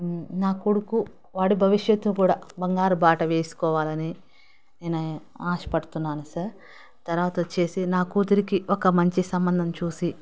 నా కొడుకు వాడి భవిష్యత్తు కూడా బంగారు బాట వేసుకోవాలని నేను ఆశపడుతున్నాను సార్ తర్వాత వచ్చేసి నా కూతురికి ఒక మంచి సంబంధం చూసి